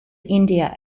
india